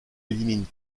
élimine